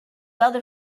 other